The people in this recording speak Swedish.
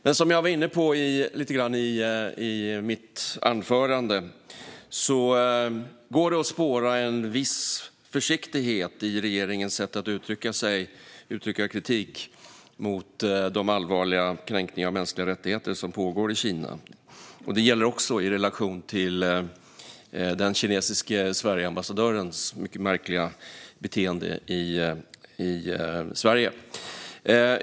Men som jag var inne på lite grann i mitt anförande går det att spåra en viss försiktighet i regeringens sätt att uttrycka kritik mot de allvarliga kränkningar av mänskliga rättigheter som pågår i Kina. Det gäller också i relation till den kinesiske Sverigeambassadörens mycket märkliga beteende i Sverige.